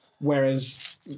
Whereas